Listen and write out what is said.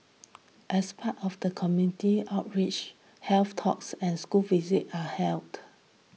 as part of community outreach health talks and school visits are held